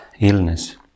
illness